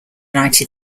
united